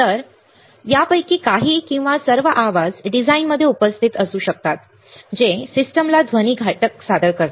तर यापैकी काही किंवा सर्व आवाज डिझाइनमध्ये उपस्थित असू शकतात जे सिस्टमला ध्वनी घटक सादर करतात